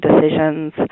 decisions